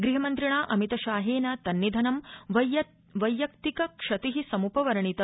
गृहमन्त्रिणा अमितशाहेन तन्निधनं वैयक्तिक क्षति सम्पवर्णित